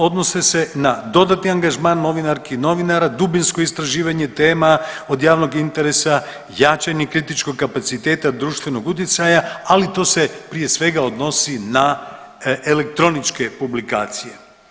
Odnose se na dodatni angažman novinarki, novinara, dubinsko istraživanje tema od javnog interesa, jačanje kritičkog kapaciteta, društvenog utjecaja ali to se prije svega odnosi na elektroničke publikacije.